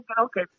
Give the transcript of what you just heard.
okay